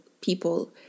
people